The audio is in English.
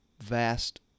vast